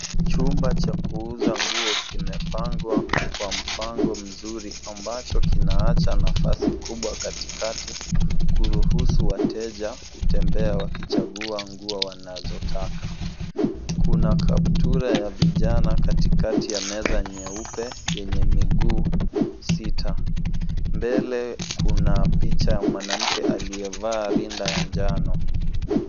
Chumba cha kuuza nguo kimepangwa kwa mpango mzuri ambacho kimeacha nafasi kubwa katikati kutuhusu wateja kutembea wakichagua nguo wanazotaka. Kuna kaptula ya vijana katika meza nyeupe yenye miguu sita. Mbele kuna picha ya mwanamke aliyevaa rinda la njano.